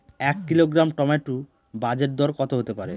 এক kilogram tomato বাজের দরকত হতে পারে?